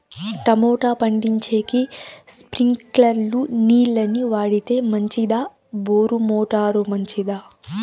Tomato పండించేకి స్ప్రింక్లర్లు నీళ్ళ ని వాడితే మంచిదా బోరు మోటారు మంచిదా?